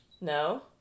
No